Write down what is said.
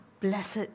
blessed